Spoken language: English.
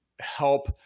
help